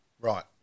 Right